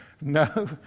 no